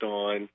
on